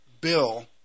bill